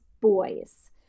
boys